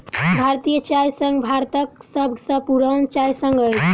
भारतीय चाय संघ भारतक सभ सॅ पुरान चाय संघ अछि